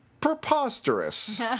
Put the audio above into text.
Preposterous